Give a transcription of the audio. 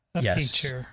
Yes